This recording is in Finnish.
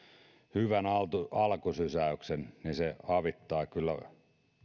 hyvän alkusysäyksen niin se avittaa kyllä